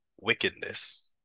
wickedness